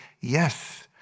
yes